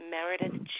Meredith